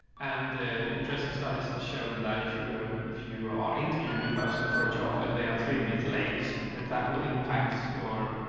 and interesting studies have shown that if you are, if you are interviewing a person for a job and they are three minutes late, that will impact your,